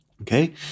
Okay